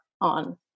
on